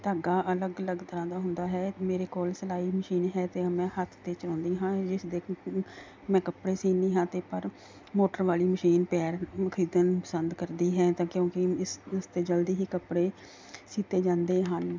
ਧਾਗਾ ਅਲੱਗ ਅਲੱਗ ਤਰ੍ਹਾਂ ਦਾ ਹੁੰਦਾ ਹੈ ਮੇਰੇ ਕੋਲ ਸਿਲਾਈ ਮਸ਼ੀਨ ਹੈ ਅਤੇ ਮੈਂ ਹੱਥ ਤੋਂ ਚਲਾਉਂਦੀ ਹਾਂ ਜਿਸ ਦੇ ਮੈਂ ਕੱਪੜੇ ਸਿਉਂਦੀ ਹਾਂ ਅਤੇ ਪਰ ਮੋਟਰ ਵਾਲੀ ਮਸ਼ੀਨ ਪੈਰ ਨੂੰ ਖਰੀਦਣ ਪਸੰਦ ਕਰਦੀ ਹੈ ਤਾਂ ਕਿਉਂਕਿ ਇਸ ਇਸ 'ਤੇ ਜਲਦੀ ਹੀ ਕੱਪੜੇ ਸੀਤੇ ਜਾਂਦੇ ਹਨ